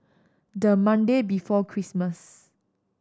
the Monday before Christmas